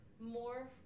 more